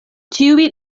ĉiuj